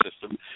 system